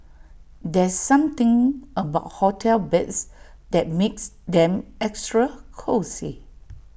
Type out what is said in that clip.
there's something about hotel beds that makes them extra cosy